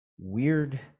Weird